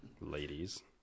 ladies